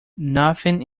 nothing